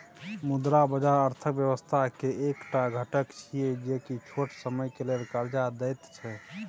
मुद्रा बाजार अर्थक व्यवस्था के एक टा घटक छिये जे की छोट समय के लेल कर्जा देत छै